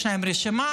יש להם רשימה,